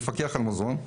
לפקח על מזון,